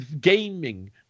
gaming